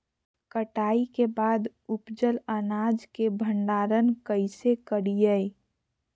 कटाई के बाद उपजल अनाज के भंडारण कइसे करियई?